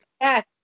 Yes